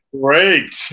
great